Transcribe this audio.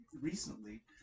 recently